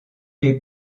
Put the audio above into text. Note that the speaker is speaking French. les